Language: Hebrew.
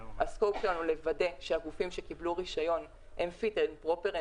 ה-scope שלנו לוודא שהגופים שקיבלו רישיון הם fitted proper,